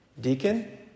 Deacon